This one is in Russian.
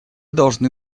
должны